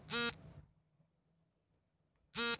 Dena bank ನ ಗರಿಷ್ಠ credit ಮಿತಿ ಎಷ್ಟು ಲಕ್ಷಗಳು?